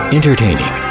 Entertaining